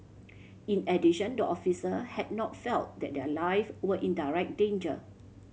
in addition the officer had not felt that their life were in direct danger